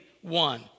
one